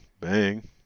Bang